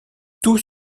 tout